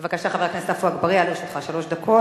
בבקשה, חבר הכנסת עפו אגבאריה, לרשותך שלוש דקות.